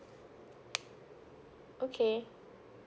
okay